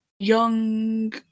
Young